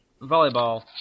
volleyball